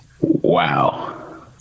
Wow